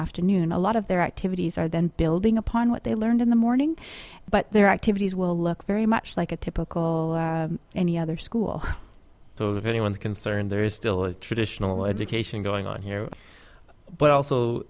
afternoon a lot of their activities are then building upon what they learned in the morning but their activities will look very much like a typical any other school of anyone's concern there is still a traditional education going on here but also